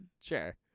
Sure